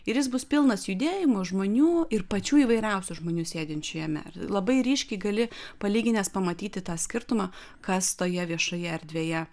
ir jis bus pilnas judėjimo žmonių ir pačių įvairiausių žmonių sėdinčių jame ir labai ryškiai gali palyginęs pamatyti tą skirtumą kas toje viešoje erdvėje